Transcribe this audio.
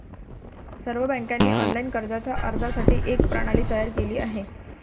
सर्व बँकांनी ऑनलाइन कर्जाच्या अर्जासाठी एक प्रणाली तयार केली आहे